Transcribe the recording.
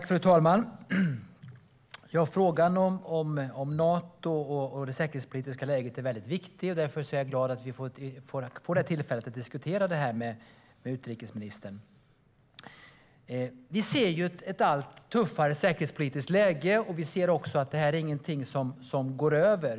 Fru talman! Frågan om Nato och det säkerhetspolitiska läget är viktig. Därför är jag glad att vi får det här tillfället att diskutera detta med utrikesministern. Vi har ett allt tuffare säkerhetspolitiskt läge, och vi ser att det här inte är någonting som går över.